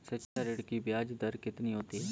शिक्षा ऋण की ब्याज दर कितनी होती है?